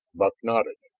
buck nodded.